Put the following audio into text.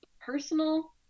personal